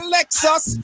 Lexus